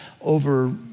over